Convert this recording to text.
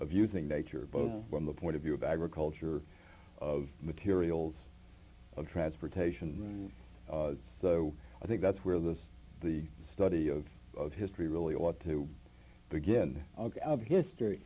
abusing nature both from the point of view of agriculture of materials of transportation and i think that's where the the study of history really ought to begin of history